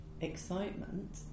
excitement